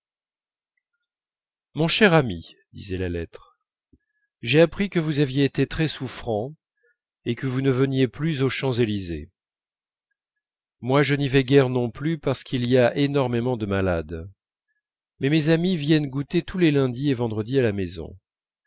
mon cher ami disait la lettre j'ai appris que vous aviez été très souffrant et que vous ne veniez plus aux champs-élysées moi je n'y vais guère non plus parce qu'il y a énormément de malades mais mes amies viennent goûter tous les lundis et vendredis à la maison